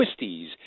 twisties